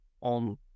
on